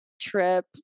trip